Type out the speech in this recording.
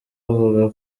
avuga